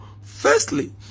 firstly